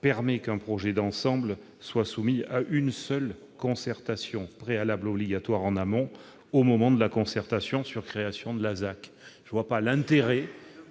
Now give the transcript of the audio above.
permet qu'un projet d'ensemble soit soumis à une seule concertation préalable obligatoire en amont au moment de la concertation sur création de la ZAC. Je ne vois pas l'intérêt